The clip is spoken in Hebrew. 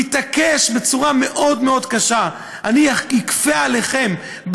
מתעקש בצורה מאוד מאוד קשה: אני אכפה עליכם,